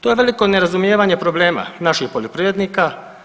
To je veliko nerazumijevanje problema naših poljoprivrednika.